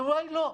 התשובה היא: לא.